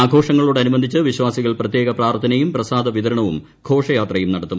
ആഘോഷങ്ങളോടനുബന്ധിച്ച് വിശ്വാസികൾ പ്രത്യേക പ്രാർത്ഥനയും പ്രസാദ വിതരണവും ഘോഷയാത്രയും നടത്തും